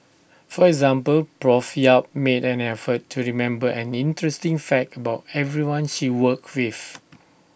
for example Prof yap made an effort to remember an interesting fact about everyone she worked with